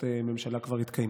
בכנסת.